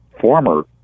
former